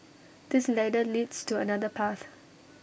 this ladder leads to another path